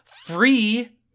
free